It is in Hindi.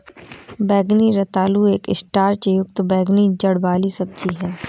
बैंगनी रतालू एक स्टार्च युक्त बैंगनी जड़ वाली सब्जी है